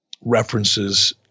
references